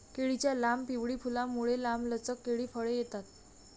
केळीच्या लांब, पिवळी फुलांमुळे, लांबलचक केळी फळे येतात